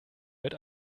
mit